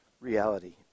reality